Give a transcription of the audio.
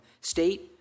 state